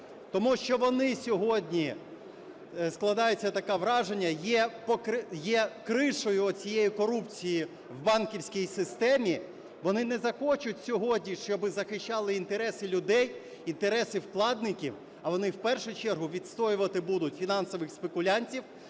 Тому що вони сьогодні, складається таке враження, є "крышей" цієї корупції в банківській системі. Вони не захочуть сьогодні, щоб захищали інтереси людей, інтереси вкладників. А вони в першу чергу відстоювати будуть фінансових спекулянтів,